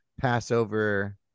passover